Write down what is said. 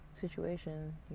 situation